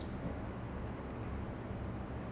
ah what is the movie for the Vennilave song